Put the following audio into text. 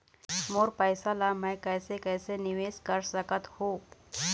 मोर पैसा ला मैं कैसे कैसे निवेश कर सकत हो?